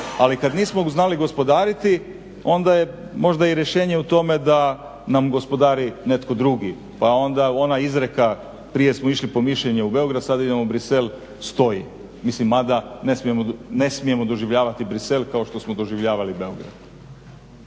Ali kada nismo znali gospodariti onda je možda i rješenje u tome da nam gospodari netko drugi. Pa onda ona izreka prije smo išli po mišljenje u Beograd, sada idemo u Brisel, stoji. Mislim mada ne smijemo doživljavati Brisel kao što smo doživljavali Beograd.